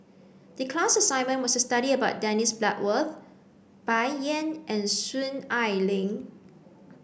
the class assignment was to study about Dennis Bloodworth Bai Yan and Soon Ai Ling